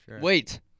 Wait